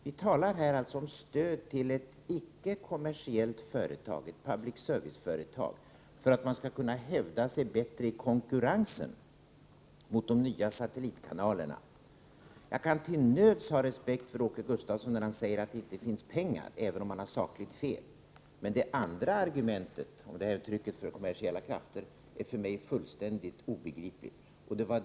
Vi talar här alltså om stöd till ett icke kommersiellt företag, ett public service-företag, för att det skall kunna hävda sig bättre i konkurrensen med de nya satellitkanalerna. Jag kan till nöds ha respekt för Åke Gustavssons argument när han säger att det inte finns pengar, även om han sakligt har fel. Men det andra argumentet, att falla undan för trycket från kommersiella krafter, är för mig fullständigt obegripligt.